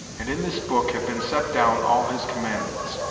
and in this book have been set down all his commandments,